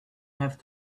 have